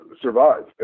survive